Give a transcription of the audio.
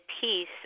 peace